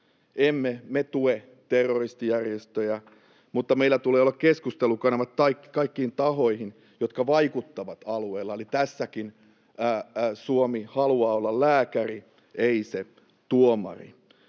Emme me tue terroristijärjestöjä, mutta meillä tulee olla keskustelukanavat kaikkiin tahoihin, jotka vaikuttavat alueella, eli tässäkin Suomi haluaa olla lääkäri, ei se tuomari.